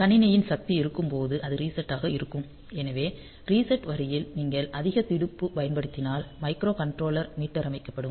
கணினியில் சக்தி இருக்கும்போது அது ரீசெட்டாக இருக்கும் எனவே ரீசெட் வரியில் நீங்கள் அதிக துடிப்பு பயன்படுத்தினால் மைக்ரோ கன்ட்ரோலர் மீட்டமைக்கப்படும்